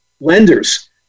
lenders